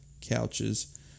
couches